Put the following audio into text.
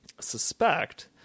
suspect